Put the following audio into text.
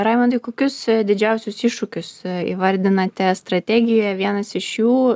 raimundai kokius didžiausius iššūkius įvardinate strategijoje vienas iš jų